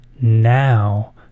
Now